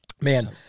man